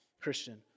Christian